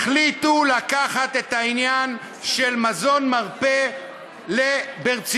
החליטו לקחת את העניין של מזון מרפא ברצינות.